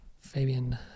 Fabian